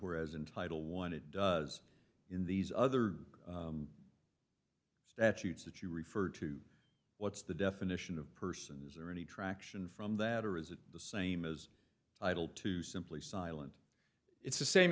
whereas in title one it does in these other statutes that you refer to what's the definition of person is there any traction from that or is it the same as idle to simply silent it's the same